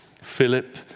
Philip